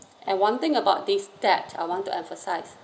and one thing about this debt I want to emphasise